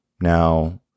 Now